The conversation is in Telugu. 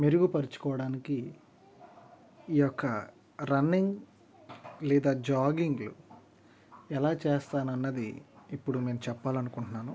మెరుగుపరుచుకోవడానికి ఈ యొక్క రన్నింగ్ లేదా జాగింగ్లు ఎలా చేస్తాను అన్నది ఇప్పుడు నేను చెప్పాలని అనుకుంటున్నాను